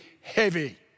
heavy